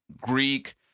Greek